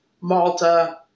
Malta